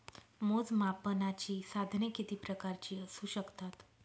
मोजमापनाची साधने किती प्रकारची असू शकतात?